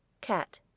Cat